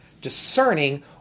discerning